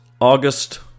August